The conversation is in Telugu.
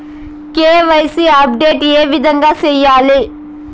కె.వై.సి అప్డేట్ ఏ విధంగా సేయాలి?